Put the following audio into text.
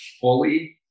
fully